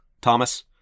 Thomas